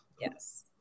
yes